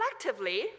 collectively